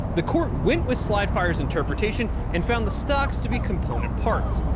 the court went with slide fire's interpretation and found the stocks to be component parts.